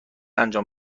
انجام